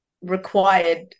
required